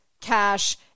cash